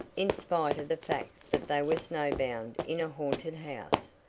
in spite of the fact that they were snowbound in a haunted house.